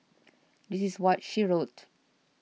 this is what she wrote